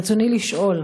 רצוני לשאול: